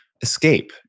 escape